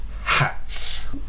hats